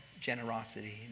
generosity